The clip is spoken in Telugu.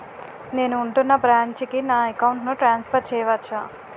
నేను ఉంటున్న బ్రాంచికి నా అకౌంట్ ను ట్రాన్సఫర్ చేయవచ్చా?